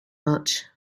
much